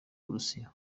burusiya